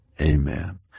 Amen